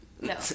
No